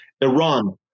Iran